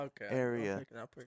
area